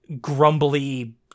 grumbly